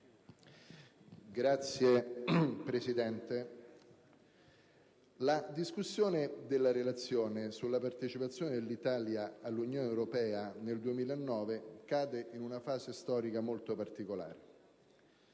la discussione della relazione sulla partecipazione dell'Italia all'Unione europea nel 2009 cade in una fase storica molto particolare.